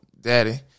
daddy